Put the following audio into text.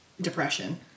depression